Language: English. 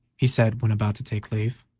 he said, when about to take leave.